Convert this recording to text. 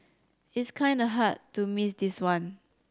it's kinda hard to miss this one